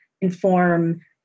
inform